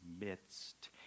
midst